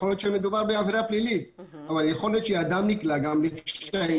אני לא יכול להתנבא.